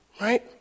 Right